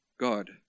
God